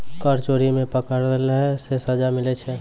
कर चोरी मे पकड़ैला से सजा मिलै छै